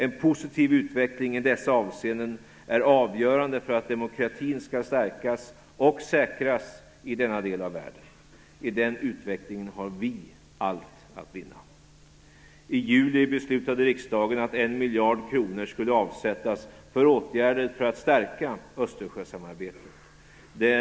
En positiv utveckling i dessa avseenden är avgörande för att demokratin skall stärkas och säkras i denna del av världen. I den utvecklingen har vi allt att vinna. I juli beslutade riksdagen att 1 miljard kronor skulle avsättas för åtgärder för att stärka Östersjösamarbetet.